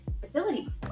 facility